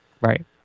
Right